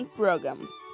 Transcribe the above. programs